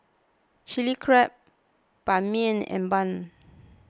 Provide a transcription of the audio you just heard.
Chilli Crab Ban Mian and Bun